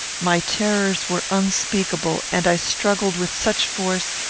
my terrors were unspeakable, and i struggled with such force,